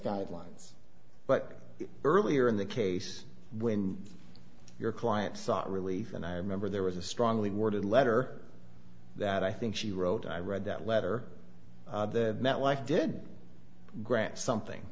guidelines but earlier in the case when your client sought relief and i remember there was a strongly worded letter that i think she wrote i read that letter metlife did grant something